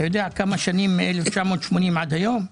אתה יודע כמה שנים מ-1980 עד היום?